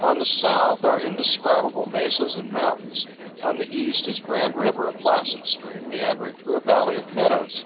on the south are indescribable mesas and mountains on the east is grand river, a placid stream meandering through a valley of meadows.